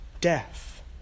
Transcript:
death